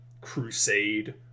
crusade